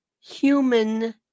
human